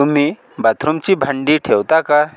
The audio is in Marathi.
तुम्ही बाथरूमची भांडी ठेवता का